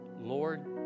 Lord